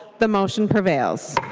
the motion prevails.